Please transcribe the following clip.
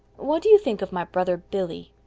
what do you think of my brother billy?